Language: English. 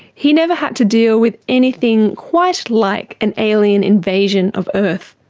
he never had to deal with anything quite like an alien invasion of earth.